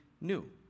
new